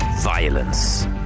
Violence